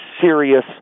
serious